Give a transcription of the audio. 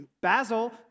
Basil